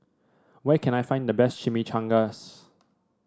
where can I find the best Chimichangas